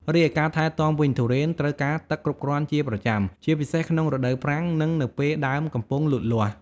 រីឯការថែទាំវិញ ទុរេនត្រូវការទឹកគ្រប់គ្រាន់ជាប្រចាំ ជាពិសេសក្នុងរដូវប្រាំង និងនៅពេលដើមកំពុងលូតលាស់។